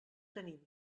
tenim